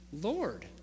Lord